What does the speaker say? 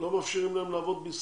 לא מאפשרים להם לעבוד בישראל,